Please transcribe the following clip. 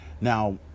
Now